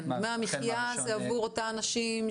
אני מקווה שהמכתבים האלה יישלחו בהקדם האפשרי.